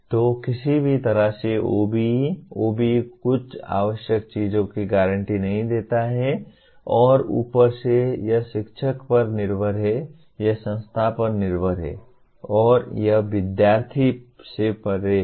तो किसी भी तरह से OBE OBE कुछ आवश्यक चीजों की गारंटी नहीं देता है और ऊपर से यह शिक्षक पर निर्भर है यह संस्था पर निर्भर है यह विध्यार्थीयो से परे है